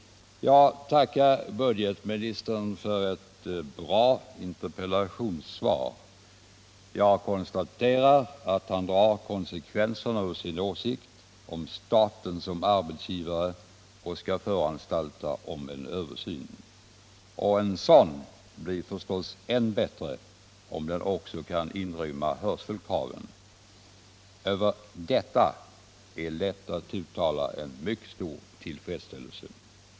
Jag tackar budgetministern för ett bra interpellationssvar och konstaterar att han drar konsekvenserna av sin åsikt om staten som arbetsgivare samt att han skall föranstalta om en översyn. En sådan översyn blir naturligtvis än bättre om den också kan inrymma hörselkraven. För detta är det lätt att uttala en mycket stor tillfredsställelse.